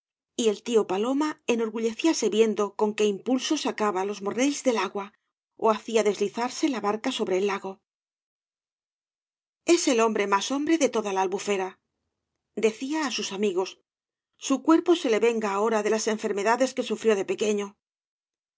y barro tío paloma eaorguuecíase viendo con qué impulso sacaba los mornells del agua ó hacía deslizarse la barca sobre el lago es el hombre más hombre de toda la albufera decía á sus amigos su cuerpo se la venga ahora de las enfermedades que sufrió de pequeño